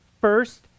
first